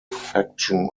faction